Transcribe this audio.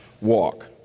walk